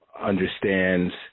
understands